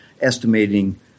estimating